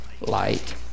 light